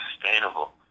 sustainable